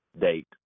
date